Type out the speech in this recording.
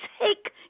take